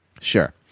Sure